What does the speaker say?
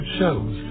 shows